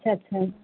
अच्छा अच्छा